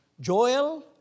Joel